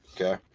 okay